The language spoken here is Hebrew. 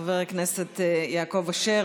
חבר הכנסת יעקב אשר,